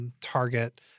Target